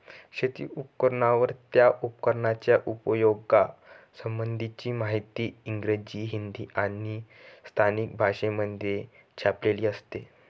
शेती उपकरणांवर, त्या उपकरणाच्या उपयोगा संबंधीची माहिती इंग्रजी, हिंदी आणि स्थानिक भाषेमध्ये छापलेली असते